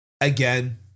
Again